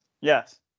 Yes